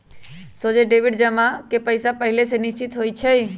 सोझे डेबिट में जमा के पइसा पहिले से निश्चित होइ छइ